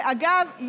ואגב,